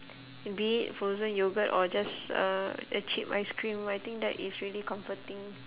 be it frozen yogurt or just uh a cheap ice cream I think that is really comforting